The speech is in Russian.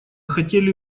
хотели